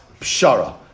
Pshara